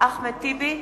אחמד טיבי,